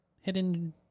hidden